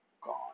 gone